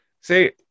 See